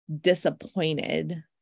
disappointed